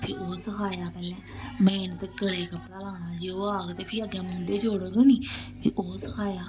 फ्ही ओह् सखाया पैह्लें मेन ते गले गी कपड़ा लाना जे ओह् आग ते फ्ही अग्गें मूंढे जोड़ग नी फ्ही ओह् सखाया